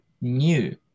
new